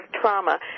trauma